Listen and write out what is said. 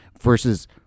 Versus